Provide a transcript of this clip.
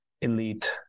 elite